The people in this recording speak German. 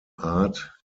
art